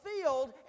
field